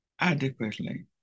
adequately